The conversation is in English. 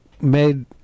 made